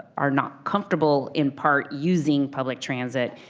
are not comfortable in part using public transit,